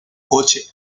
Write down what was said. coche